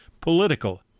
political